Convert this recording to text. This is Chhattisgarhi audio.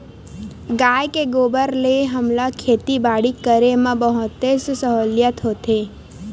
गाय के गोबर ले हमला खेती बाड़ी करे म बहुतेच सहूलियत होथे